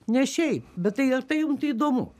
ne šiaip bet tai ar tai jum tai įdomu